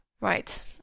Right